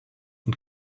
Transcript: und